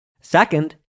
Second